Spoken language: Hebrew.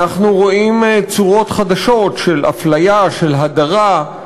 אנחנו רואים צורות חדשות של הפליה, של הדרה,